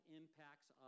impacts